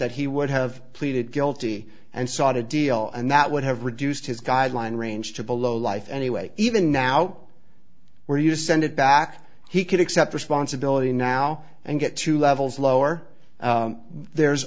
that he would have pleaded guilty and sought a deal and that would have reduced his guideline range to the low life anyway even now where you send it back he could accept responsibility now and get two levels lower there's